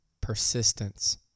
Persistence